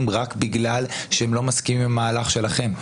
רק בגלל שהם לא מסכימים עם המהלך שלכם?